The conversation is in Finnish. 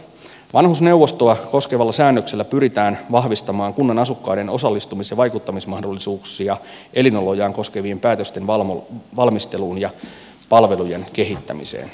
vanhusneuvostoa koskevalla säännöksellä pyritään vahvistamaan kunnan asukkaiden osallistumis ja vaikuttamismahdollisuuksia elinolojaan koskevien päätösten valmisteluun ja palveluiden kehittämiseen